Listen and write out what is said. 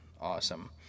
awesome